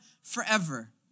forever